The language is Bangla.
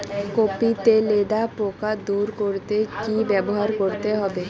কপি তে লেদা পোকা দূর করতে কি ব্যবহার করতে হবে?